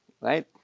right